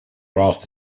cross